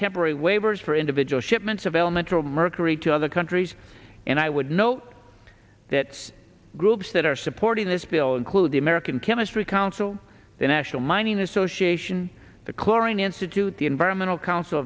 temporary waivers for individual shipments of elemental mercury to other countries and i would note that groups that are supporting this bill include the american chemistry council the national mining association the chlorine institute the environmental council